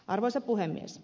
arvoisa puhemies